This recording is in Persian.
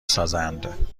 سازند